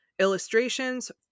illustrations